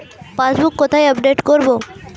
Passbook কোথায় update করব?